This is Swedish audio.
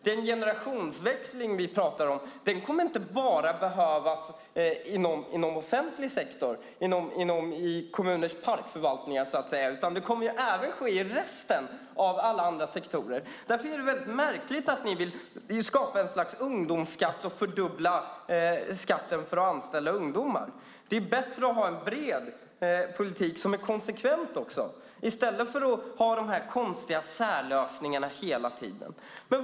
Den generationsväxling vi talar om kommer inte bara att ske inom offentlig sektor, i kommuners parkförvaltningar, utan även i alla andra sektorer. Därför är det väldigt märkligt att ni vill skapa en slags ungdomsskatt och fördubbla skatten för att anställa ungdomar. Det är bättre att ha en bred politik som är konsekvent i stället för att hela tiden ha dessa konstiga särlösningar.